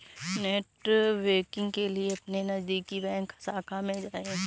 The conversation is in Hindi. नेटबैंकिंग के लिए अपने नजदीकी बैंक शाखा में जाए